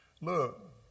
Look